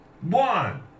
one